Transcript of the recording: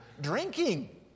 drinking